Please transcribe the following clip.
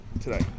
today